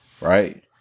Right